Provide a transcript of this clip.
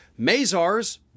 Mazars